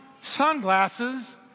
sunglasses